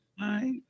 right